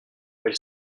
elle